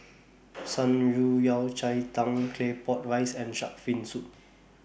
Shan Rui Yao Cai Tang Claypot Rice and Shark's Fin Soup